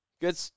good